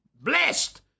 blessed